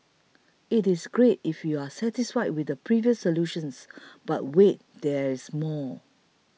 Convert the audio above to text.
it is great if you're satisfied with the previous solutions but wait there's more